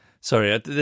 Sorry